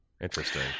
Interesting